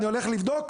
אני הולך לבדוק,